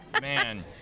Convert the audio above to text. man